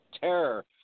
Terror